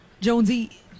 Jonesy